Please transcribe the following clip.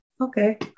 okay